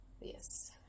Yes